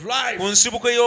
life